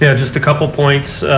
yeah just a couple of points.